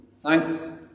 Thanks